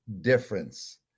difference